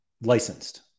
licensed